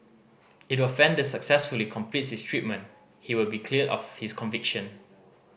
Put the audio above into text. if the offender successfully completes his treatment he will be cleared of his conviction